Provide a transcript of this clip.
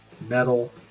metal